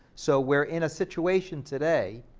so we're in a situation today